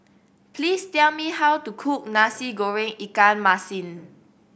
please tell me how to cook Nasi Goreng ikan masin